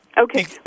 Okay